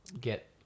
get